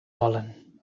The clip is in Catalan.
volen